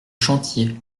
chantiez